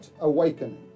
awakening